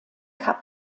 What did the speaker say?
cup